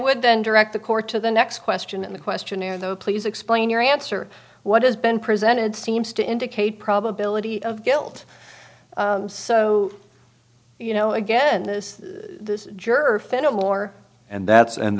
would then direct the court to the next question in the questionnaire though please explain your answer what has been presented seems to indicate probability of guilt so you know again this jurf it more and that's and